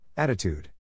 Attitude